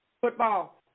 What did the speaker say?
football